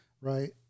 right